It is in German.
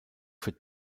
für